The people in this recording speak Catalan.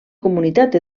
comunitat